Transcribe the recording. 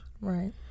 Right